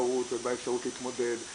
במודעות ובאפשרות להתמודד,